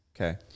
Okay